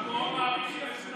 אנחנו מאוד מעריכים את זה.